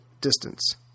distance